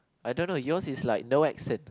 I don't know yours is like no accent